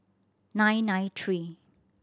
nine nine three